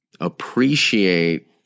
appreciate